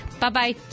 Bye-bye